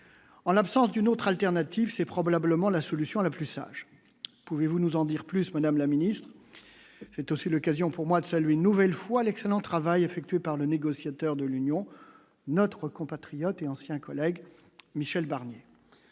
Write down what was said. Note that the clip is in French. En l'absence d'une autre alternative, c'est probablement la solution la plus sage, pouvez-vous nous en dire plus Madame la Ministre, c'est aussi l'occasion pour moi de saluer une nouvelle fois l'excellent travail effectué par le négociateur de l'Union. Notre compatriote et ancien collègue Michel Barnier